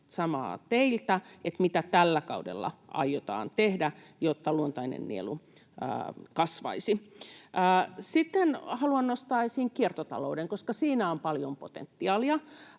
samaa teiltä: mitä tällä kaudella aiotaan tehdä, jotta luontainen nielu kasvaisi? Sitten haluan nostaa esiin kiertotalouden, koska siinä on paljon potentiaalia.